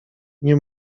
nie